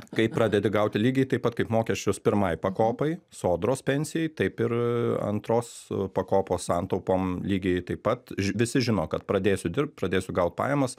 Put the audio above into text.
kai pradedi gauti lygiai taip pat kaip mokesčius pirmai pakopai sodros pensijai taip ir antros pakopos santaupom lygiai taip pat visi žino kad pradėsiu dirbt pradėsiu gaut pajamas